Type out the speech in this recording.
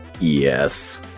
Yes